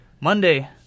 Monday